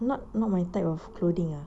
not not my type of clothing ah